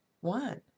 one